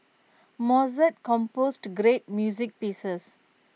Mozart composed great music pieces